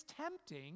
tempting